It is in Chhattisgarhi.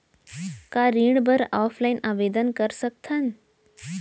का ऋण बर ऑफलाइन आवेदन कर सकथन?